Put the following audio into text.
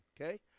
okay